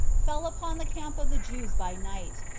fell upon the camp of the jews by night,